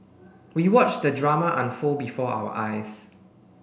we watched the drama unfold before our eyes